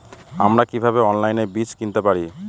আমরা কীভাবে অনলাইনে বীজ কিনতে পারি?